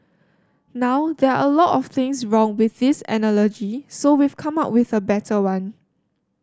now there are a lot of things wrong with this analogy so we've come up with a better one